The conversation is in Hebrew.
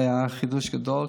זה היה חידוש גדול,